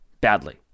badly